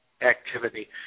activity